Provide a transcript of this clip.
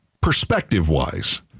perspective-wise